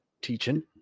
teaching